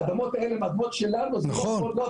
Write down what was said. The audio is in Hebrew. האדמות האלה הן אדמות שלנו --- נכון.